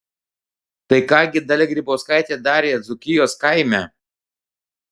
tai ką gi dalia grybauskaitė darė dzūkijos kaime